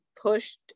pushed